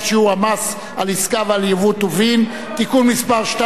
(שיעור המס על עסקה ועל ייבוא טובין) (תיקון מס' 2),